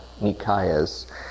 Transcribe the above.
Nikayas